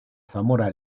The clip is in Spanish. zamora